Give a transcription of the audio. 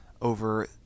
over